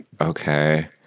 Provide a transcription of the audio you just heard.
Okay